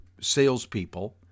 salespeople